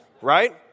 right